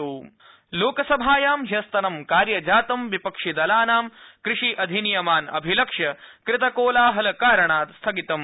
लोकसभा स्थगनम लोकसभायां हयस्तनं कार्यजातं विपिक्षदलानां कृषि अधिनियमान् अभिलक्ष्य कृतकोलाहलकारणात् स्थगितम्